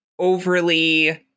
overly